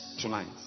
Tonight